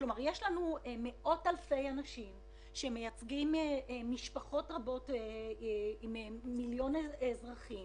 כלומר יש לנו מאות אלפי אנשים שמייצגים משפחות רבות עם מיליון אזרחים